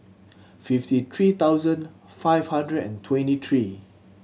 fifty three thousand five hundred and twenty three